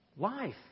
Life